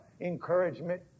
encouragement